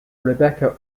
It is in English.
rebecca